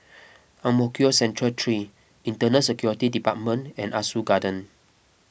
Ang Mo Kio Central three Internal Security Department and Ah Soo Garden